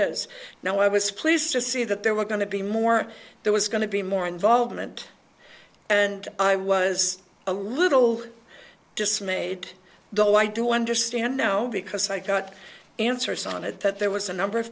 is now i was pleased to see that there were going to be more there was going to be more involvement and i was a little dismayed though i do understand now because i got answers on it that there was a number of